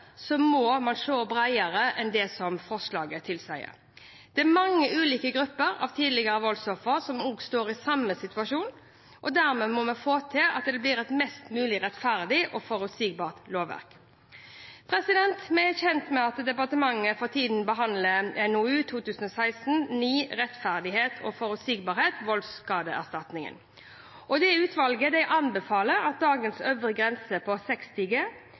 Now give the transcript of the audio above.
må man se bredere enn det forslaget tilsier. Det er mange ulike grupper av tidligere voldsofre som står i samme situasjon, og dermed må vi få til at det blir et mest mulig rettferdig og forutsigbart lovverk. Vi er kjent med at departementet for tiden behandler NOU 2016: 9, Rettferdig og forutsigbar – voldsskadeerstatning. Dette utvalget anbefaler at dagens øvre grense på 60 G